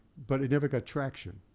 but it never got traction.